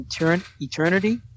eternity